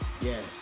yes